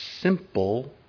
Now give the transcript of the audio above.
simple